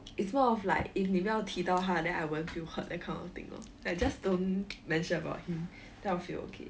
it's more of like if 你不要提到他 then I won't feel hurt that kind of thing lor like just don't mention about him then I'll feel okay